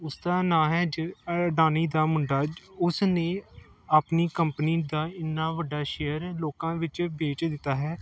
ਉਸ ਦਾ ਨਾਂ ਹੈ ਜ ਅਡਾਨੀ ਦਾ ਮੁੰਡਾ ਉਸ ਨੇ ਆਪਣੀ ਕੰਪਨੀ ਦਾ ਇੰਨਾਂ ਵੱਡਾ ਸ਼ੇਅਰ ਲੋਕਾਂ ਵਿੱਚ ਵੇਚ ਦਿੱਤਾ ਹੈ